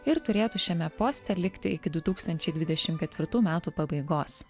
ir turėtų šiame poste likti iki du tūkstančiai dvidešim ketvirtų metų pabaigos